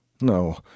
No